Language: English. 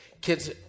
Kids